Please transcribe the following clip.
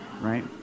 right